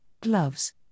gloves